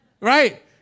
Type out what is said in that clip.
Right